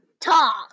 talk